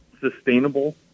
sustainable